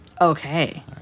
Okay